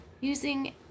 using